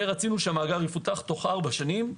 ושהמאגר יפותח תוך 4 שנים.